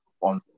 on